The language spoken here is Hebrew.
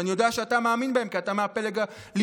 שאני יודע שאתה מאמין בהם כי אתה מהפלג הליברלי.